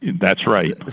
that's right,